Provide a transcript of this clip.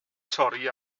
torri